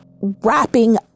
wrapping